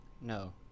No